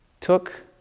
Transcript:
took